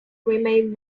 remain